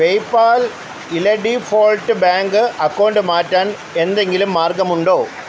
PayPal ഇലെ default bank account മാറ്റാൻ എന്തെങ്കിലും മാർഗമുണ്ടോ